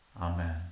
Amen